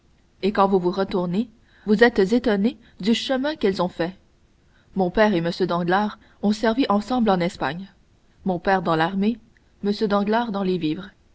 et quand vous vous retournez vous êtes étonné du chemin qu'elles ont fait mon père et m danglars ont servi ensemble en espagne mon père dans l'armée m danglars dans les vivres